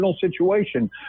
situation